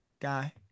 guy